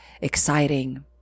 exciting